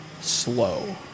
slow